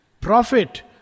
prophet